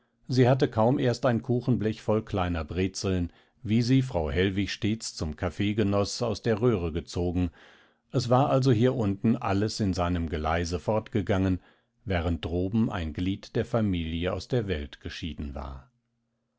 sie hatte kaum erst ein kuchenblech voll kleiner brezeln wie sie frau hellwig stets zum kaffee genoß aus der röhre gezogen es war also hier unten alles in seinem geleise fortgegangen während droben ein glied der familie aus der welt geschieden war